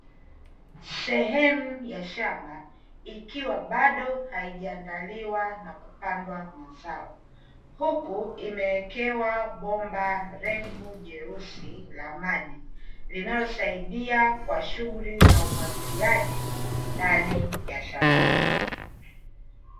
Sehemu ya shamba ikiwa bado haijaandaliwa na kupandwa mazao, huku imewekewa bomba refu jeusi la maji linalosaidia kwa shughuli za umwagiliaji ndani ya shamba hilo.